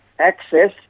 access